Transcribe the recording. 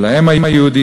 של האם היהודייה,